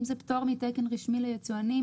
אם זה פטור מתקן רשמי ליצואנים,